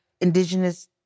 indigenous